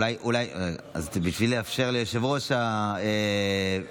אולי בשביל לאפשר ליושב-ראש המפלגה,